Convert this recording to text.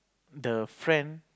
the friend